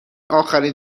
آخرین